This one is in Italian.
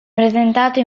presentato